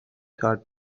had